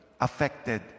affected